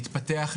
להתפתח,